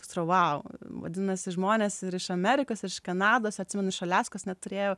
pasirodo vau vadinasi žmonės ir iš amerikos ir iš kanados atsimenu iš aliaskos net turėjau